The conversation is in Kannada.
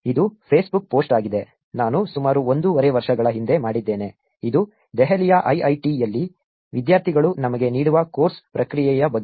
ಇದು ಫೇಸ್ಬುಕ್ ಪೋಸ್ಟ್ ಆಗಿದೆ ನಾನು ಸುಮಾರು ಒಂದೂವರೆ ವರ್ಷಗಳ ಹಿಂದೆ ಮಾಡಿದ್ದೇನೆ ಇದು ದೆಹಲಿಯ ಐಐಐಟಿಯಲ್ಲಿ ವಿದ್ಯಾರ್ಥಿಗಳು ನಮಗೆ ನೀಡುವ ಕೋರ್ಸ್ ಪ್ರತಿಕ್ರಿಯೆಯ ಬಗ್ಗೆ